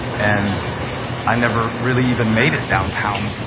and i never really even made it downtown.